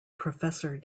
professor